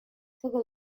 togo